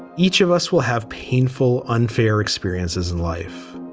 each of us will have painful, unfair experiences in life.